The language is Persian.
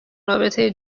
رابطه